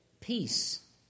peace